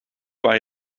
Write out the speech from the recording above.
waar